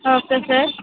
okay sir